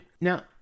Now